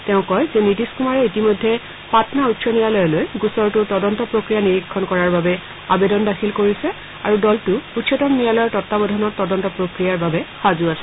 তেওঁ কয় যে নীতিশ কুমাৰে ইতিমধ্যে পাটনা উচ্চ ন্যায়ালয়লৈ গোচৰটোৰ তদন্ত প্ৰক্ৰিয়া নিৰীক্ষণ কৰাৰ বাবে আবেদন দাখিল কৰিছে আৰু দলটো উচ্চতম ন্যায়ালয়ৰ তত্বাৱধানত তদন্ত প্ৰক্ৰিয়াৰ বাবে সাজূ আছে